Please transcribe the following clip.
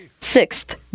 Sixth